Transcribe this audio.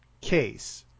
case